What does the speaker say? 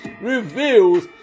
reveals